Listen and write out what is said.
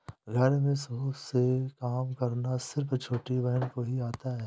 घर में सूप से काम करना सिर्फ छोटी बहन को ही आता है